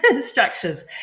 structures